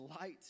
light